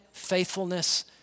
faithfulness